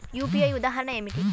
UPI ఉదాహరణ ఏమిటి?